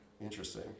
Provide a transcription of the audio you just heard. Interesting